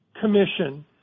Commission